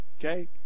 okay